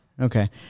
Okay